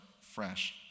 fresh